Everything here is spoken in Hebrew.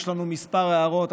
יש לנו כמה הערות.